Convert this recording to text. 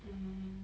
mm